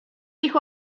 ich